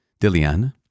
Dilian